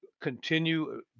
continue